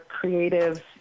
creative